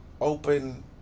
open